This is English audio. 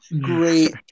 great